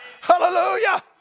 Hallelujah